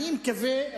אני מקווה,